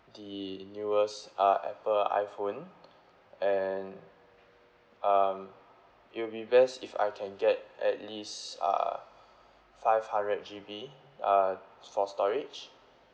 the newest uh apple iPhone and um it will be best if I can get at least err five hundred G_B uh for storage